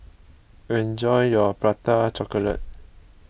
enjoy your Prata Chocolate